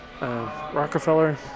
Rockefeller